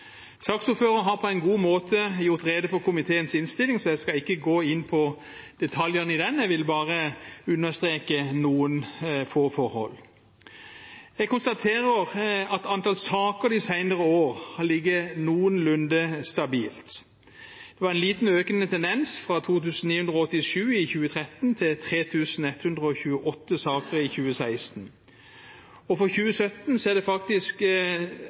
Saksordføreren har på en god måte gjort rede for komiteens innstilling, så jeg skal ikke gå inn på detaljene i den. Jeg vil bare understreke noen få forhold. Jeg konstaterer at antall saker de senere år har ligget noenlunde stabilt. Det var en liten økende tendens, fra 2 987 i 2013 til 3 128 i 2016. For 2017 har det faktisk